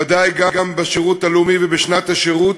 בוודאי גם בשירות הלאומי ובשנת השירות,